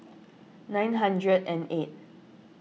nine hundred and eight